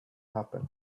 happen